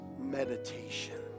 meditation